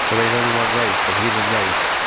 so there is only one race, the human race